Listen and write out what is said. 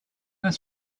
his